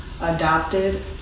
adopted